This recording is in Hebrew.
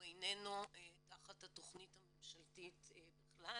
הוא אינו תחת התכנית הממשלתית בכלל,